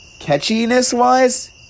catchiness-wise